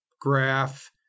graph